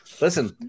Listen